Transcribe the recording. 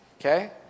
Okay